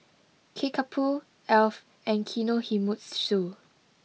Kickapoo Alf and Kinohimitsu